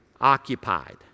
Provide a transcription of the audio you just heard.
occupied